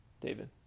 David